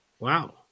Wow